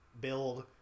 Build